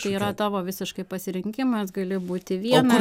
čia yra tavo visiškai pasirinkimas gali būti viena